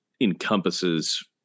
encompasses